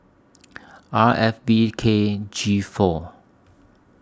R F B K G four